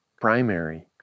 primary